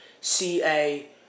C-A –